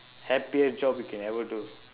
happier job you can ever do